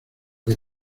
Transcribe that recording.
que